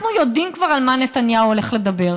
אנחנו יודעים כבר על מה נתניהו הולך לדבר.